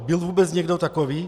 Byl vůbec někdo takový?